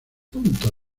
punto